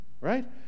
right